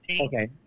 Okay